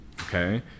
okay